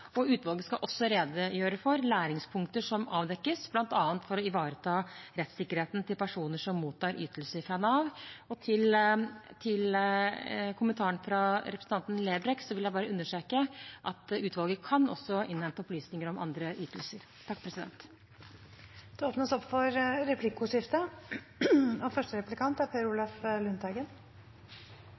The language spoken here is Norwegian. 2020. Utvalget skal også redegjøre for læringspunkter som avdekkes, bl.a. for å ivareta rettssikkerheten til personer som mottar ytelser fra Nav. Til kommentaren fra representanten Lerbrekk vil jeg bare understreke at utvalget også kan innhente opplysninger om andre ytelser. Det åpnes for replikkordskifte. Jeg er glad for at statsråden vil innføre en instruks, og jeg er